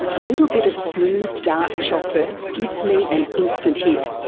a little bit of smooth dark chocolate gives me an instant hit,